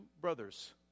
brothers